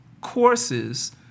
courses